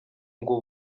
ngo